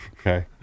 Okay